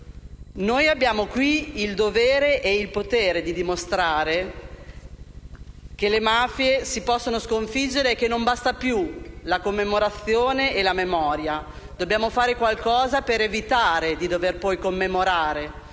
Noi abbiamo qui il dovere e il potere di dimostrare che le mafie si possono sconfiggere. Non basta più la commemorazione e la memoria: dobbiamo fare qualcosa per evitare di dover poi commemorare